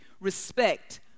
respect